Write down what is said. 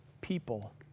people